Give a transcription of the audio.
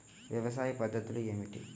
వ్యవసాయ పద్ధతులు ఏమిటి?